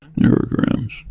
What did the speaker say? Neurograms